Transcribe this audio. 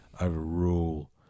overrule